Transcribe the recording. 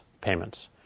payments